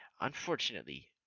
unfortunately